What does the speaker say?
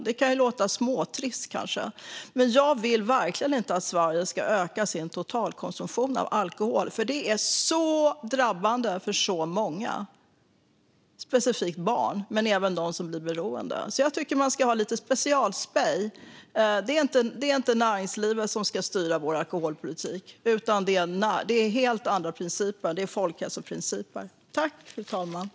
Det kan kanske låta småtrist, men jag vill verkligen inte att Sverige ska öka sin totalkonsumtion av alkohol, för det är så drabbande för så många, speciellt barn men även dem som blir beroende. Jag tycker att man ska ha lite specialspej. Det är inte näringslivet som ska styra vår alkoholpolitik, utan det är helt andra principer som ska göra det, nämligen folkhälsoprinciper.